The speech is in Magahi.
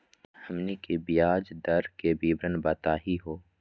हमनी के ब्याज दर के विवरण बताही हो?